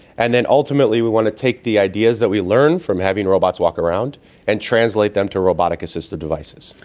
and then ultimately we want to take the ideas that we learn from having robots walk around and translate them to robotic assisted devices.